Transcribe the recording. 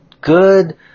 good